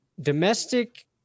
domestic